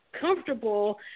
comfortable